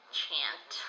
chant